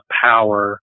power